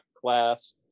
class